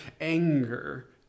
anger